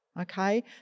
okay